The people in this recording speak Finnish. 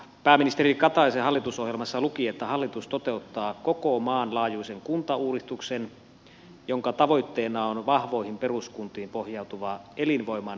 pääministeri kataisen hallitusohjelmassa luki että hallitus toteuttaa koko maan laajuisen kuntauudistuksen jonka tavoitteena on vahvoihin peruskuntiin pohjautuva elinvoimainen kuntarakenne